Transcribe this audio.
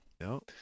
no